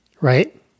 Right